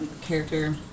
character